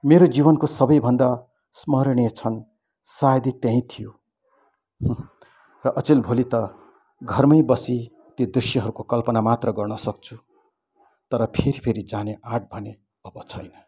मेरो जीवनको सबैभन्दा स्मरणीय क्षण सायदै त्यही थियो र अचेल भोलि त घरमै बसी ती दृश्यहरूको कल्पना मात्र गर्न सक्छु तर फेरि फेरि जाने आँट भने अब छैन